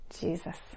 Jesus